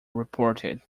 reported